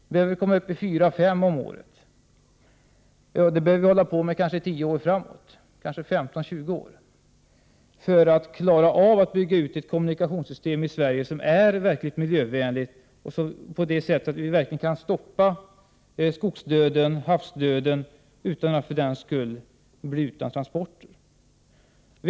Det behövs 4-5 miljarder per år under ca 10 år, eller kanske t.o.m. 15 eller 20 år, för att man skall kunna bygga ut ett "kommunikationssystem i Sverige som verkligen är miljövänligt, dvs. ett kommunikationssystem som innebär att man kan stoppa skogsdöden och havsdöden utan att för den skull bli utan transporter.